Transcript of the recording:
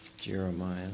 Jeremiah